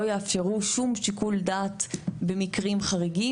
יאפשרו שום שיקול דעת במקרים חריגים,